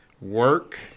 work